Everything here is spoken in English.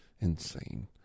insane